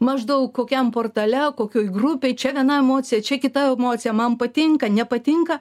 maždaug kokiam portale kokioj grupėj čia viena emocija čia kita emocija man patinka nepatinka